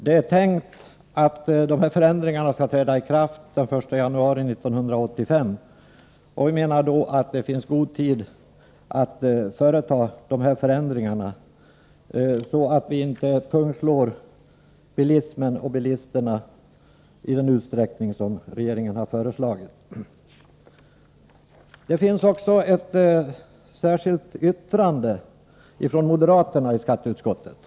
Man har tänkt sig ett ikraftträdande den 1 januari. Vi menar att man i så fall har gott om tid på sig. Vi får ju inte pungslå bilismen i den utsträckning som Nr 146 regeringen föreslagit. Torsdagen den Vidare föreligger ett särskilt yttrande från moderaterna i skatteutskottet.